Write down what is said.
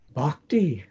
Bhakti